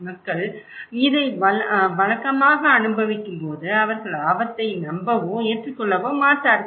மக்கள் இதை வழக்கமாக அனுபவிக்கும் போது அவர்கள் ஆபத்தை நம்பவோ ஏற்றுக்கொள்ளவோ மாட்டார்கள்